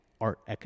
art